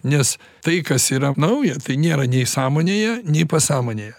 nes tai kas yra nauja tai nėra nei sąmonėje nei pasąmonėje